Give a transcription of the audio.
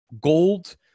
gold